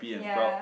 ya